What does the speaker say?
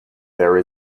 there